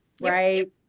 right